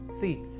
See